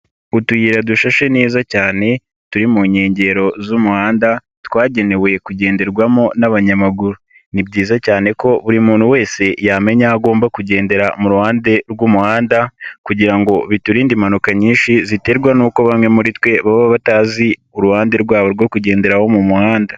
Utuyira dushashe neza cyane turi mu nkengero z'umuhanda twagenewe kugenderwamo n'abanyamaguru ni byiza cyane ko buri muntu wese yamenya aho agomba kugendera mu ruhande rw'umuhanda kugira ngo biturinde impanuka nyinshi ziterwa n'uko bamwe muri twe baba batazi uruhande rwabo rwo kugenderaraho mu muhanda.